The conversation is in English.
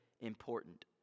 important